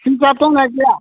बिजाब दंना गैया